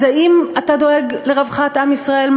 אז האם אתה דואג לרווחת עם ישראל,